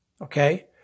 Okay